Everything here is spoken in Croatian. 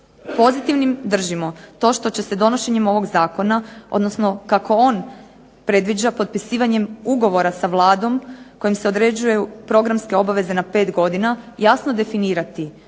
Pozitivnim držimo to što će se donošenjem ovog zakona odnosno kako on predviđa potpisivanjem ugovora sa Vladom kojim se određuju programske obveze na pet godina jasno definirati što